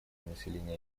населения